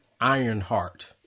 Ironheart